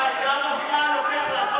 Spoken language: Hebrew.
מאי, כמה זמן לוקח לעשות